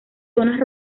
zonas